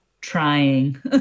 trying